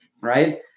Right